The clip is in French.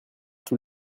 tous